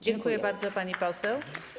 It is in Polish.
Dziękuję bardzo, pani poseł.